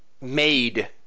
made